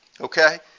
okay